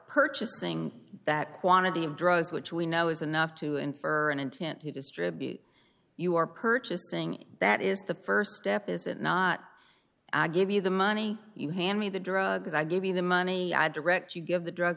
purchasing that quantity of drugs which we know is enough to infer an intent to distribute you are purchasing that is the st step is it not i give you the money you hand me the drugs i give you the money i direct you give the drugs